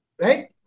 right